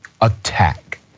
attack